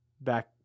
back